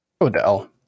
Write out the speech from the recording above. Odell